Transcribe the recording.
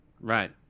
right